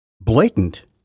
blatant